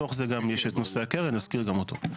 בתוך זה יש גם את נושא הקרן, נזכיר גם אותו.